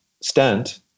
stent